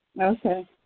Okay